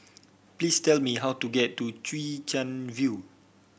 please tell me how to get to Chwee Chian View